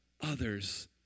others